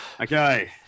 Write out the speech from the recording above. Okay